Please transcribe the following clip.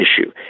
issue